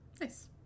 Nice